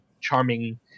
charming